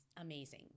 amazing